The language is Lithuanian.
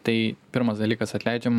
tai pirmas dalykas atleidžiam